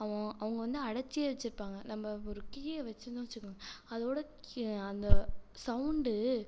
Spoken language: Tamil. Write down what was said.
அவோ அவங்கள் வந்து அடைத்து வச்சிருப்பாங்க நம்ம ஒரு கிளியை வச்சிருந்தோன்னு வச்சுக்கோங்க அதோடய கி அந்த சவுண்டு